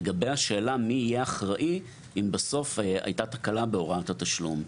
לגבי השאלה מי יהיה אחראי אם בסוף הייתה תקלה בהוראת התשלום.